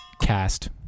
Cast